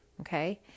Okay